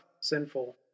sinful